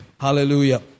Hallelujah